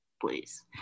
please